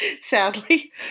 sadly